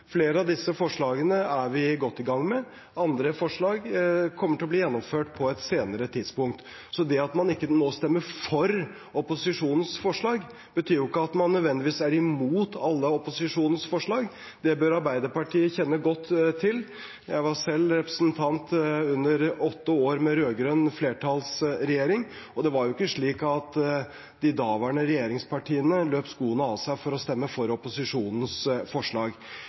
Flere av disse forslagene er vi godt i gang med. Andre forslag kommer til å bli gjennomført på et senere tidspunkt. Det at man ikke nå stemmer for opposisjonens forslag, betyr ikke at man nødvendigvis er imot alle forslagene. Det bør Arbeiderpartiet kjenne godt til. Jeg var selv representant under åtte år med rød-grønn flertallsregjering, og det var ikke slik at de daværende regjeringspartiene løp skoene av seg for å stemme for opposisjonens forslag.